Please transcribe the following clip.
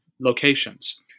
locations